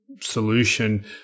solution